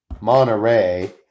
Monterey